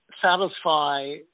satisfy